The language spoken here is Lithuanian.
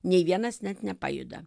nei vienas net nepajuda